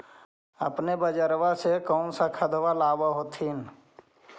अपने बजरबा से कौन सा खदबा लाब होत्थिन?